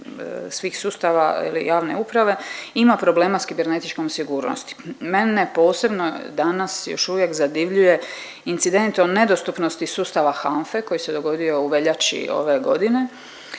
svih sustava javne uprave ima problema s kibernetičkom sigurnosti. Mene posebno danas još uvijek danas zadivljuje incident o nedostupnosti sustava HANFE koji se dogodio u veljači ove godine.